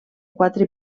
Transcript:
quatre